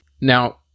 Now